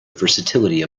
versatility